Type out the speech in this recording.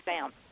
found